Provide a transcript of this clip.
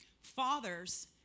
Fathers